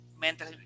mental